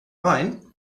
main